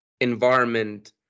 environment